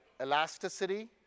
elasticity